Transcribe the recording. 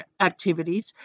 activities